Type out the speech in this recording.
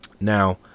now